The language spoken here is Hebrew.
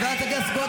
מתי קוראים לסדר?